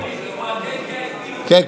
עם אוהדי VIP. כן,